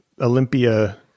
olympia